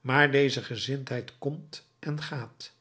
maar deze gezindheid komt en gaat